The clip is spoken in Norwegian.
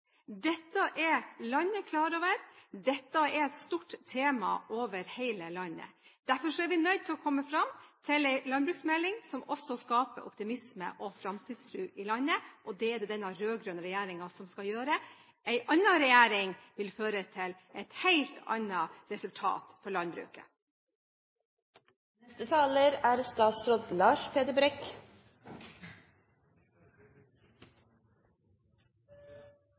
Dette er landet klar over. Dette er et stort tema over hele landet. Derfor er vi nødt til å komme fram til en landbruksmelding som også skaper optimisme og framtidstro i landet, og det er det denne rød-grønne regjeringen som skal gjøre. En annen regjering vil føre til et helt annet resultat for